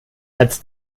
als